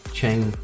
chain